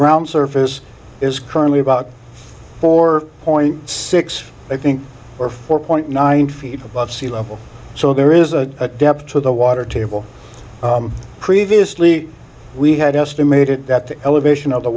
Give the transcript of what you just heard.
ground surface is currently about four point six i think we're four point nine feet above sea level so there is a depth to the water table previously we had estimated that the elevation of the